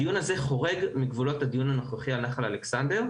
הדיון הזה חורג מגבולות הדיון הנוכחי על נחל אלכסנדר,